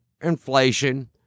inflation